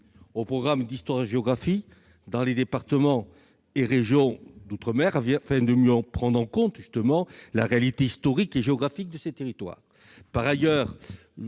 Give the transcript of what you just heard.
des programmes d'histoire et de géographie dans les départements et régions d'outre-mer, afin de mieux prendre en compte la réalité historique et géographique de ces territoires. Par ailleurs,